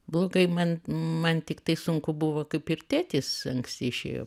blogai man man tiktai sunku buvo kaip ir tėtis anksti išėjo